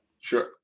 Sure